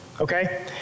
Okay